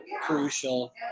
crucial